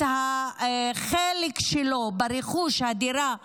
החלק שלו ברכוש הדירה המשותפת,